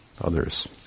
others